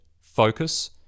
focus